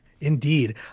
Indeed